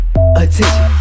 Attention